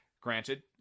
Granted